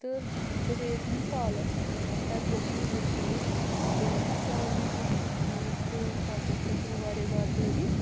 تہٕ بہٕ گٔیَس وۄنۍ سالَس تَتہِ لوگ مےٚ یِہوٚے سوٗٹ تہٕ ساروٕے وٕچھ یہِ سوٗٹ تہٕ پتہٕ کٔر تِمو واریاہ زیادٕ تعٲریٖف